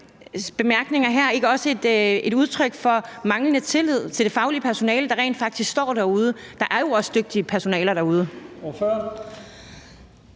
bemærkninger her ikke også et udtryk for manglende tillid til det faglige personale, der rent faktisk står derude? Der er jo også dygtige personaler derude.